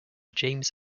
james